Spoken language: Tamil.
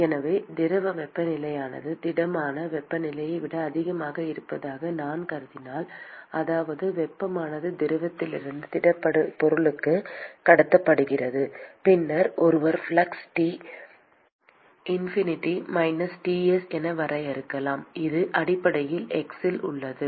எனவே திரவ வெப்பநிலையானது திடமான வெப்பநிலையை விட அதிகமாக இருப்பதாக நான் கருதினால் அதாவது வெப்பமானது திரவத்திலிருந்து திடப்பொருளுக்குக் கடத்தப்படுகிறது பின்னர் ஒருவர் flux T infinity minus Ts என வரையறுக்கலாம் இது அடிப்படையில் x இல் உள்ளது